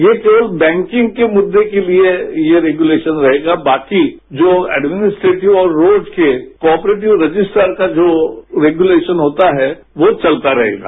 ये केवल बैंकिंग के मुद्दे के लिए ये रेगुलेशन रहेगा बाकि जो एडमिनिस्ट्रेंटिव और रोज के कॉपरेटिव रजिस्ट्रार का जो रेगुलेशन होता है वो चलता रहेगा